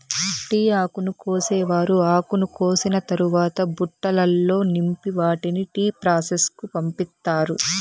tea ఆకును కోసేవారు ఆకును కోసిన తరవాత బుట్టలల్లో నింపి వాటిని టీ ప్రాసెస్ కు పంపిత్తారు